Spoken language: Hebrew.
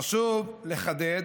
חשוב לחדד